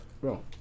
Bro